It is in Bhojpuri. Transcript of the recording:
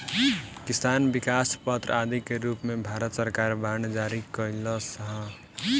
किसान विकास पत्र आदि के रूप में भारत सरकार बांड जारी कईलस ह